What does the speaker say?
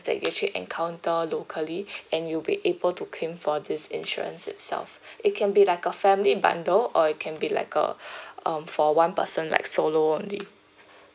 that you actually encounter locally and you'll be able to claim for this insurance itself it can be like a family bundle or it can be like a um for one person like solo only